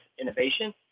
innovation